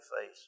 face